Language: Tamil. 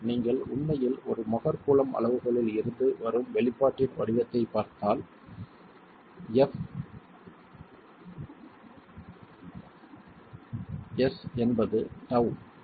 நீங்கள் உண்மையில் ஒரு மொஹர் கூலம்ப் அளவுகோலில் இருந்து வரும் வெளிப்பாட்டின் வடிவத்தைப் பார்த்தால் fs என்பது τ 0